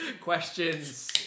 Questions